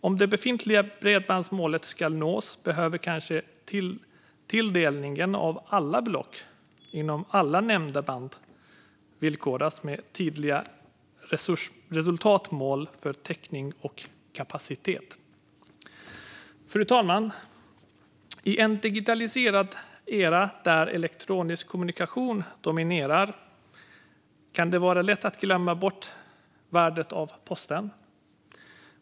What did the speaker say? Om det befintliga bredbandsmålet ska nås behöver kanske tilldelningen av alla block inom alla nämnda band villkoras med tydliga resultatmål för täckning och kapacitet. Fru talman! I en digitaliserad era, där elektronisk kommunikation dominerar, kan det vara lätt att glömma bort värdet av posten.